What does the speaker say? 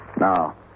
Now